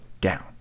down